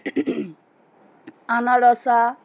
আনারসা